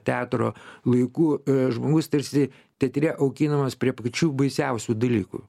teatro laikų žmogus tarsi teatre auginamas prie pačių baisiausių dalykų